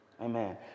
Amen